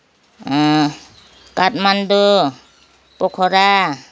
Kathmandu Pokhara